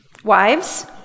Wives